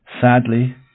Sadly